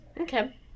Okay